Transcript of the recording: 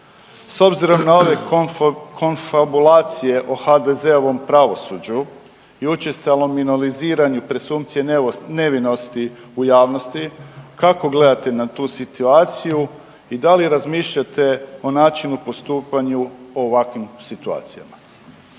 S obzirom na ove konfabulacije o HDZ-ovom pravosuđu i učestalom minoriziranju presumpcije nevinosti u javnosti, kako gledate na tu situaciju i da li razmišljate o načinu, postupanju u ovakvim situacijama?